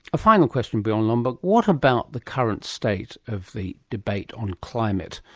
a final question, bjorn lomborg what about the current state of the debate on climate?